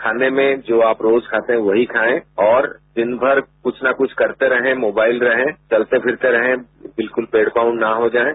खाने में जो आप रोज खाते थे वहीं खायें और दिन भर कुछ न कुछ करते रहें मोबाइल रहें चलते फिरते रहे बिल्कुल बेड बाउंड न हो जायें